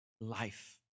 life